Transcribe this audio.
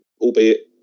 albeit